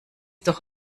doch